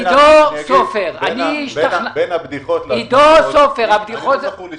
ינון אזולאי, בין הבדיחות לעובדות, לא זכור לי